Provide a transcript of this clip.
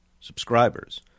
subscribers